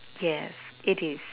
yes it is